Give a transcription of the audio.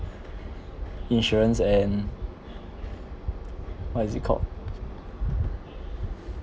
insurance and what is it called